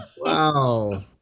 Wow